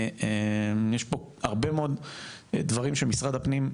יש פה הרבה מאוד דברים שמשרד הפנים,